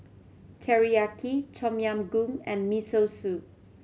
Teriyaki Tom Yam Goong and Miso Soup